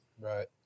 right